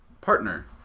partner